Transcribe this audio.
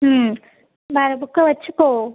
ம் வேறு புக்கை வெச்சிக்கோ